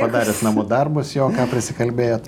padaręs namų darbus jo prisikalbėjot